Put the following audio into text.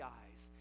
eyes